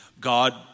God